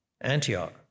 Antioch